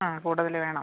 ആ കൂടുതൽ വേണം